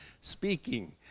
speaking